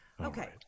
Okay